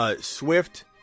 Swift